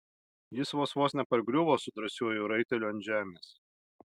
jis vos vos nepargriuvo su drąsiuoju raiteliu ant žemės